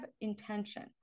intention